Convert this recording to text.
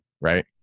right